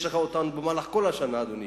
יש לך אותן במהלך כל השנה, אדוני.